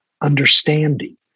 understanding